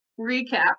recap